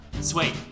Sweet